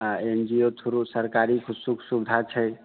आ N G O through सरकारी किछू सुख सुविधा छै